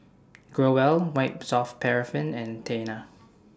Growell White Soft Paraffin and Tena